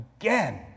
again